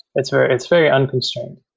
it's very it's very unconstrained.